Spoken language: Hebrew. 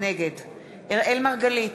נגד אראל מרגלית,